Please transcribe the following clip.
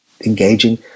engaging